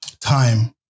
time